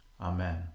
Amen